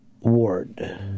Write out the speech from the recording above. Ward